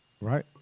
right